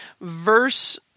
verse